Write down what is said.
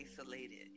isolated